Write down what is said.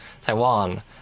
Taiwan